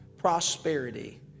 prosperity